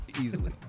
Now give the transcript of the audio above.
Easily